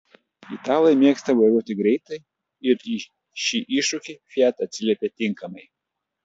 italai mėgsta vairuoti greitai ir į šį iššūkį fiat atsiliepia tinkamai